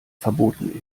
verboten